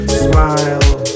smile